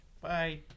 bye